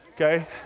okay